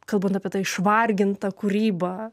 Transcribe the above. kalbant apie tą išvargintą kūrybą